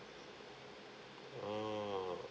ah